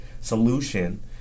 solution